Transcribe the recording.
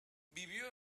vivió